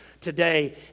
today